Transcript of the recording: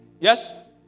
Yes